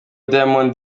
diamond